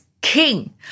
king